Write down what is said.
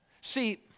See